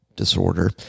disorder